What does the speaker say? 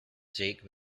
jake